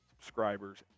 subscribers